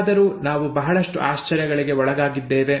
ಹೇಗಾದರೂ ನಾವು ಬಹಳಷ್ಟು ಆಶ್ಚರ್ಯಗಳಿಗೆ ಒಳಗಾಗಿದ್ದೇವೆ